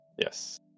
yes